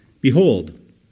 Behold